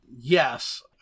yes